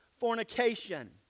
fornication